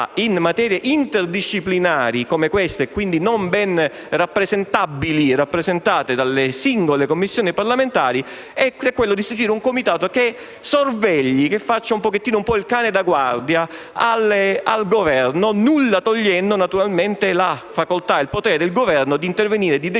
in materie interdisciplinari come queste - e quindi non ben rappresentabili e rappresentate dalle singole Commissioni parlamentari - di istituire un comitato che sorvegli e faccia un po' il cane da guardia nei confronti del Governo, nulla togliendo naturalmente alla facoltà e al potere del Governo di intervenire e decidere